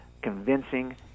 Convincing